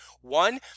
One